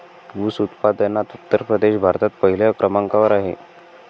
ऊस उत्पादनात उत्तर प्रदेश भारतात पहिल्या क्रमांकावर आहे